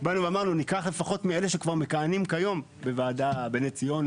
באנו ואמרנו שניקח לפחות מאלה שמכהנים כיום בוועדה בנס ציונה,